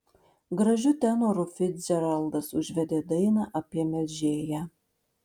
gražiu tenoru ficdžeraldas užvedė dainą apie melžėją